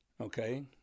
Okay